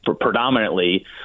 predominantly